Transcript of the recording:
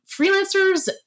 Freelancers